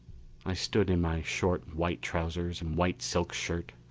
i stood in my short white trousers and white silk shirt,